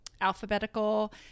alphabetical